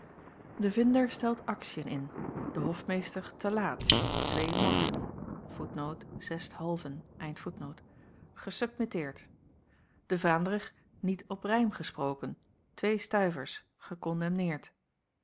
de vinder stelt aktiën in de hofmeester te geteerd de vaandrig niet op rijm gesproken twee stuivers gekondemneerd